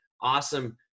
awesome